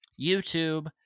YouTube